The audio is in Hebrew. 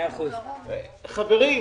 חברים,